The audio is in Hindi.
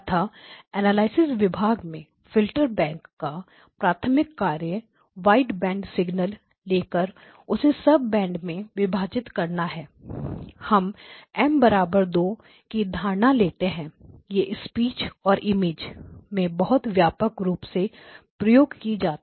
अतः एनालिसिस विभाग में फिल्टर बैंक का प्राथमिक कार्य वाइड बैंड सिग्नल लेकर उसे सब बैंड में विभाजित करना है हम M 2 की धारणा लेते हैं यह स्पीच और इमेज में बहुत व्यापक रूप से प्रयोग की जाती है